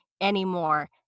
anymore